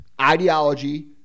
ideology